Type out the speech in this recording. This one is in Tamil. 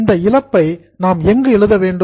இந்த இழப்பை நாம் எங்கு எழுத வேண்டும்